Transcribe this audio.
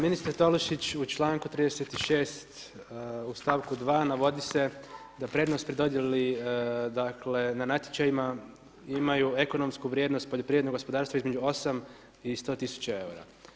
Ministre Tolušić u čl. 36. stavku 2. navodi se prednost pri dodijeli dakle, na natječajima, imaju ekonomsku vrijednost poljoprivrednog gospodarstva između 8 i 100 tisuća eura.